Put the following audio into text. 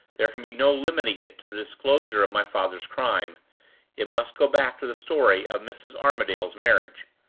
there can be no limiting it to the disclosure of my father's crime it must go back to the story of mrs. armadale's marriage.